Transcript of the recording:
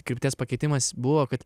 krypties pakeitimas buvo kad